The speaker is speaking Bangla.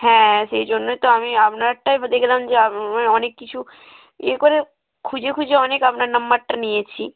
হ্যাঁ সেই জন্যই তো আমি আপনারটাই দেখলাম যে আপ অনেক কিছু ইয়ে করে খুঁজে খুঁজে অনেক আপনার নাম্বারটা নিয়েছি